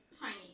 Tiny